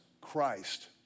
Christ